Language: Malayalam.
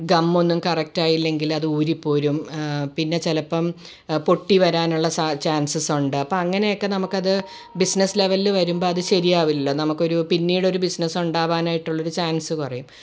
ഗം ഒന്നും കറക്റ്റായില്ലെങ്കിൽ അത് ഊരി പോരും പിന്നെ ചിലപ്പം പൊട്ടിവരാനുള്ള സാ ചാൻസ് ഉണ്ട് അപ്പം അങ്ങനെ ഒക്കെ നമുക്കത് ബിസ്നസ് ലെവലിൽ വരുമ്പം അത് ശെരിയാവില്ലല്ലോ നമുക്ക് പിന്നീടൊരു ബിസ്നസുണ്ടാവാനായിട്ട് ഉള്ളൊരു ചാൻസ്സ് കുറയും